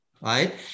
right